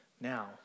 now